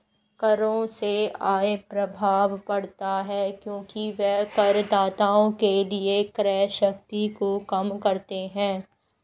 करों से आय प्रभाव पड़ता है क्योंकि वे करदाताओं के लिए क्रय शक्ति को कम करते हैं